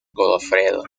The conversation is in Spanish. godofredo